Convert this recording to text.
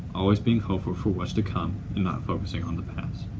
always being hopeful for what's to come and not focusing on the past.